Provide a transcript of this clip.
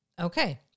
Okay